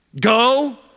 Go